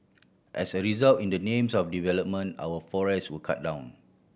as a result in the names of development our forests were cut down